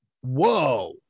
Whoa